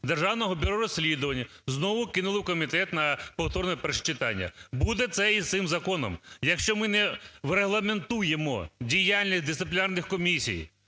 Державного бюро розслідувань, знову кинули в комітет на повторне перше читання. Буде це і з цим законом, якщо ми не врегламентуємо діяльність дисциплінарних комісій,